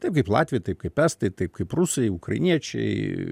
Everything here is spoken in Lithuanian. taip kaip latviai taip kaip estai taip kaip rusai ukrainiečiai